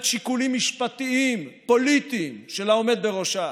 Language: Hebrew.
שיקולים משפטיים ופוליטיים של העומד בראשה,